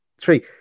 three